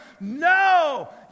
no